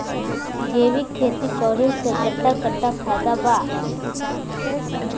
जैविक खेती करे से कट्ठा कट्ठा फायदा बा?